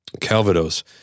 Calvados